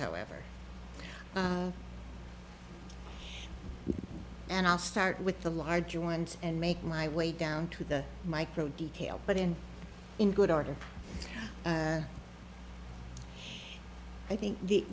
however and i'll start with the larger ones and make my way down to the micro detail but in in good order i think the